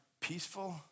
peaceful